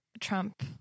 Trump